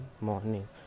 morning